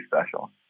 special